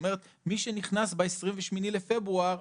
מי שנכנס ב-28 בפברואר,